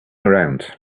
around